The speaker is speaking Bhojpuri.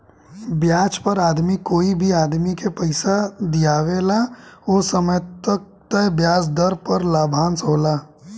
ब्याज पर आदमी कोई भी आदमी के पइसा दिआवेला ओ समय तय ब्याज दर पर लाभांश होला